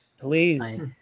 Please